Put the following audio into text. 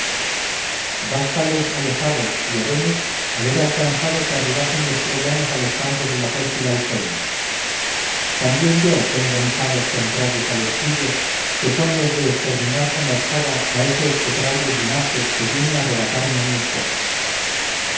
frigios bástales a los hados y a venus haber alcanzado que arribasen los troyanos a los campos de la fértil ausonia también yo tengo mis hados contrarios a los suyos que son los de exterminar con la espada a ese execrable linaje que viene a arrebatarme a mi esposa